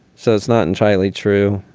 so it's not entirely true.